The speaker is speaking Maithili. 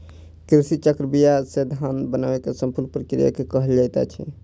कृषि चक्र बीया से धान बनै के संपूर्ण प्रक्रिया के कहल जाइत अछि